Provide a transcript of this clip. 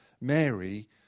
Mary